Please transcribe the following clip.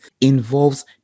involves